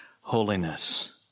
holiness